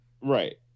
Right